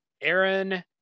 Aaron